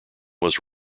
was